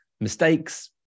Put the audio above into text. mistakes